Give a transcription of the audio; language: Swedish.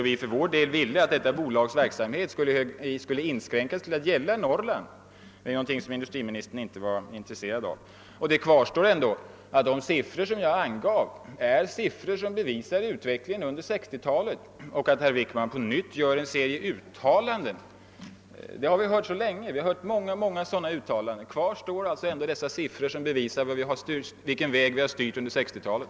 Vi ville då att detta bolags verksamhet skulle inskränkas till att gälla Norrland, någonting som industriministern inte var intresserad av. Det kvarstår dock att de siffror jag angav visar utvecklingen under 1960 talet. Herr Wickman gör på nytt en serie uttalanden. Vi har förut hört många sådana uttalanden, men kvar står dock de siffror som visar vilken väg de statliga företagen styrt under 1960-talet.